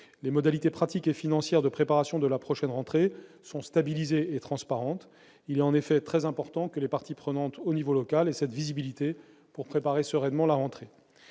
Les modalités pratiques et financières de préparation de la prochaine rentrée sont stabilisées et transparentes. En effet, il est très important que les parties prenantes à l'échelon local disposent de cette visibilité pour préparer sereinement la rentrée.